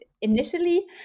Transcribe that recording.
initially